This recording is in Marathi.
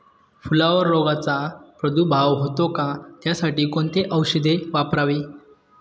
फुलावर रोगचा प्रादुर्भाव होतो का? त्यासाठी कोणती औषधे वापरावी?